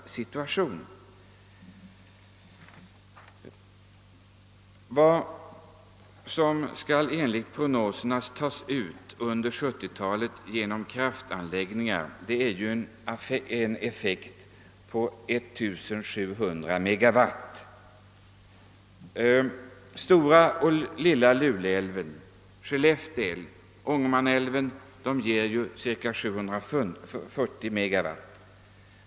Under 1970-talet skall enligt prognoserna genom vattenkraftsanläggningar tas ut en effekt av 1700 megawatt. Stora och Lilla Lule älv, Skellefte älv och Ångermanälven ger cirka 740 megawatt.